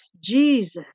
Jesus